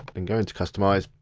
and go into customise.